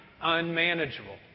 unmanageable